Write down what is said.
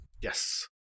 Yes